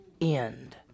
end